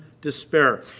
despair